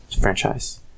franchise